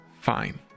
fine